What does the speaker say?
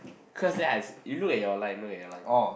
cause then I you look at your line look at your line